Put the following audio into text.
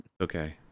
Okay